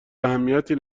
اهمیتی